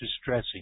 distressing